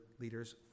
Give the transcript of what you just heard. leaders